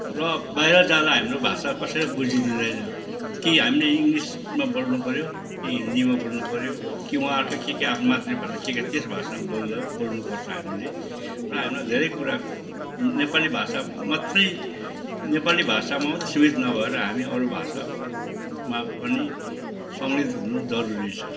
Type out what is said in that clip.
र बाहिर जाँदा हाम्रो भाषा कसैले बुझिदिँदैन कि हामीले इङ्ग्लिसमा बोल्नुपऱ्यो कि हिन्दीमा बोल्नुपऱ्यो कि वहाँकै के के आ मातृ भाषा के के त्यस भाषामा बोल्दा बोल्नुपर्छ हामीले र हामीलाई धेरै कुरा नेपाली भाषा मात्रै नेपली भाषामा मात्रै सिमित नभएर हामी अरू भाषामा पनि सम्मिलित हुनु जरुरी छ